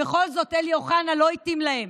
בכל זאת אלי אוחנה לא התאים להם.